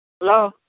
Hello